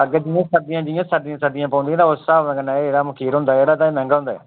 अग्गें जियां सर्दियां सर्दियां जियां सर्दियां सर्दियां पौंदियां तां उस स्हाब कन्नै एह् जेह्ड़ा मखीर होंदा ऐ ते मैंह्गा होंदा ऐ